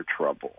trouble